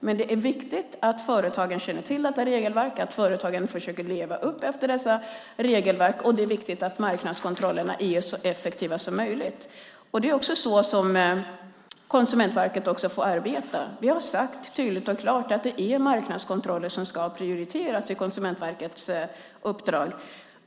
Men det är viktigt att företagen känner till regelverken och att de försöker leva upp till dessa regelverk, och det är viktigt att marknadskontrollerna är så effektiva som möjligt. Det är också så Konsumentverket får arbeta. Vi har sagt tydligt och klart att det är marknadskontroller som ska prioriteras i Konsumentverkets uppdrag.